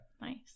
nice